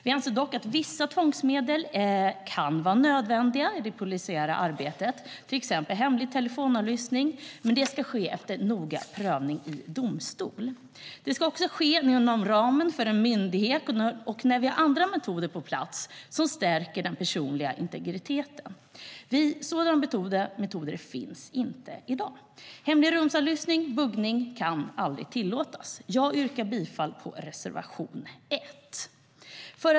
Vi anser dock att vissa tvångsmedel kan vara nödvändiga i det polisiära arbetet, till exempel hemlig telefonavlyssning, men det ska ske efter noggrann prövning i domstol. Det ska också ske inom ramen för en myndighet och när vi har andra metoder på plats som stärker den personliga integriteten. Sådana metoder finns inte i dag. Hemlig rumsavlyssning, buggning, kan aldrig tillåtas. Jag yrkar bifall till reservation 1.